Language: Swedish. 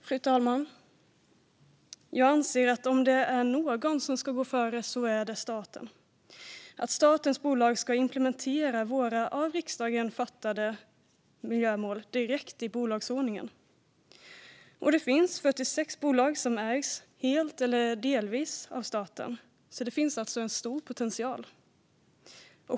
Fru talman! Jag anser att om det är någon som ska gå före så är det staten. Statens bolag ska implementera de av riksdagen beslutade miljömålen direkt i bolagsordningen. Det finns 46 bolag som ägs helt eller delvis av staten. Det finns alltså en stor potential.